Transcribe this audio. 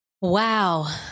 Wow